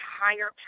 higher